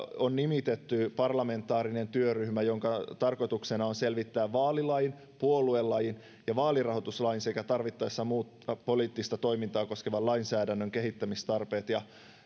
on nimitetty parlamentaarinen työryhmä jonka tarkoituksena on selvittää vaalilain puoluelain ja vaalirahoituslain sekä tarvittaessa muuta poliittista toimintaa koskevan lainsäädännön kehittämistarpeet ja